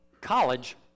college